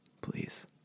please